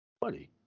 Buddy